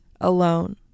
alone